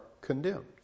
condemned